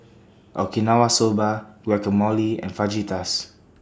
Okinawa Soba Guacamole and Fajitas